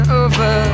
over